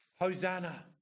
Hosanna